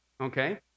okay